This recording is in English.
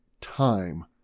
time